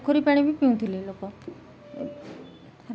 ପୋଖରୀ ପାଣି ବି ପିଉଁଥିଲେ ଲୋକ